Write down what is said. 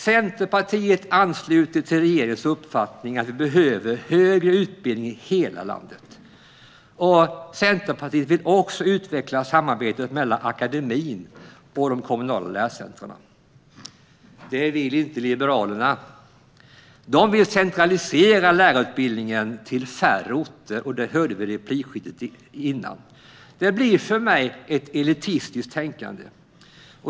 Centerpartiet ansluter till regeringens uppfattning att vi behöver högre utbildning i hela landet. Centerpartiet vill också utveckla samarbetet mellan akademin och de kommunala lärcentrumen. Det vill inte Liberalerna. De vill centralisera lärarutbildningen till färre orter. Det hörde vi i replikskiftet innan. Det blir för mig ett elitistiskt tänkande.